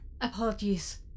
Apologies